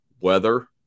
weather